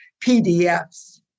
PDFs